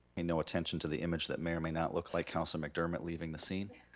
and no attention to the image that may or may not look like councilor mcdermott leaving the scene.